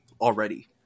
already